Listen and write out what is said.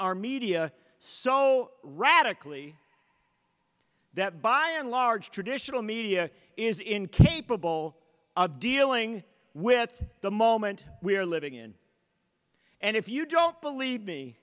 our media so radically that by and large traditional media is incapable of dealing with the moment we're living in and if you don't believe me